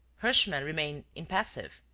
herschmann remained impassive,